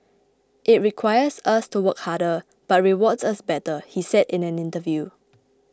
it requires us to work harder but rewards us better he said in an interview